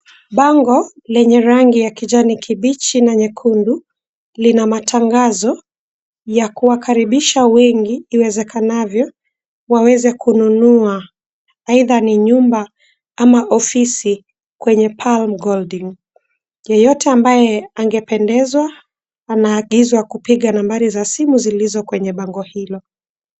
Bango lenye rangi ya kijani kibichi na nyekundu, lina matangazo ya kuwakaribisha wengi iwezekanavyo waweze kununua, either ni nyumba ama ofisi kwenye Pam Golding. Yeyote ambaye angependezwa, anaagizwa kupiga nambari za simu zilizo kwenye bango hilo.